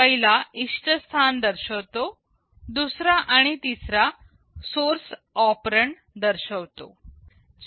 पहिला इष्ट स्थान दर्शवतो दुसरा आणि तिसरा दोन सोर्स ऑपेरन्ड दर्शवतो